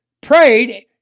prayed